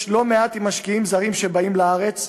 לא מעט עם משקיעים זרים שבאים לארץ,